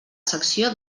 secció